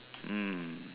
mm